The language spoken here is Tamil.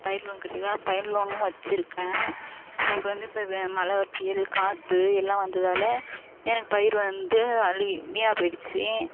பயிறு லோன் கட்டியிருக்கேன் பயிறு லோன்னும் வச்சிருக்கேன் எனக்கு வந்து இப்போ வ மலை உச்சியில் காற்றி எல்லாம் வந்ததால் எனக்கு பயிர் வந்து அழுகி வீணாக போயிடுச்சு